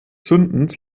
zündens